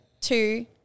two –